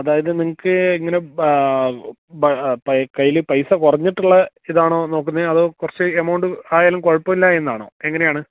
അതായത് നിങ്ങള്ക്ക് എങ്ങനെ കയ്യില് പൈസ കുറഞ്ഞിട്ടുള്ള ഇതാണോ നോക്കുന്നത് അതോ കുറച്ച് എമൌണ്ട് ആയാലും കുഴപ്പമില്ലായെന്നാണോ എങ്ങനെയാണ്